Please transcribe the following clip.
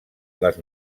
les